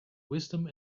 wisdom